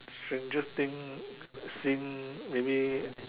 strangest thing seem maybe